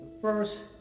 first